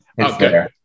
okay